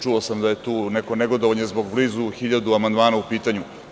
Čuo sam da je tu neko negodovanje zbog blizu 1000 amandmana u pitanju.